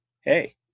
Hey